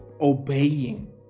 obeying